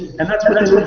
and that's because